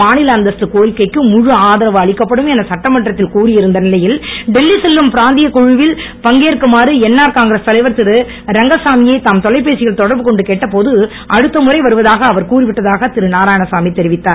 மாநில அந்தஸ்து கோரிக்கைக்கு முழு ஆதரவு அளிக்கப்படும் என சட்டமன்றத்தில் கூறியிருந்த நிலையில் டெல்லி செல்லும் பிரதிநிதிக் குழுவில் பங்கேற்குமாறு என்ஆர் காங்கிரஸ் தலைவர் திருரங்கசாமி யை தாம் தொலைபேசியில் தொடர்புகொண்டு கேட்டபோது அடுத்த முறை வருவதாக அவர் கூறிவிட்டதாக திருநாராயணசாமி தெரிவித்தார்